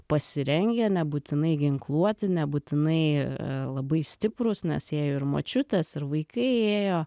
pasirengę nebūtinai ginkluoti nebūtinai labai stiprūs nes ėjo ir močiutės ir vaikai ėjo